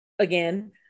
again